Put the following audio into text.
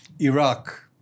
Iraq